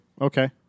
okay